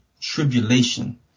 tribulation